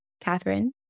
Catherine